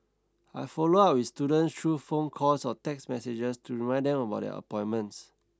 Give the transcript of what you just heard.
I follow up with students through phone calls or text messages to remind them about their appointments